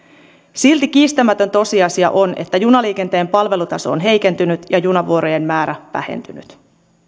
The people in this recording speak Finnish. silti kiistämätön tosiasia on että junaliikenteen palvelutaso on heikentynyt ja junavuorojen määrä vähentynyt